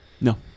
No